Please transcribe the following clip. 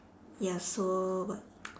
ya so what